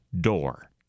door